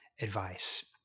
advice